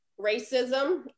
racism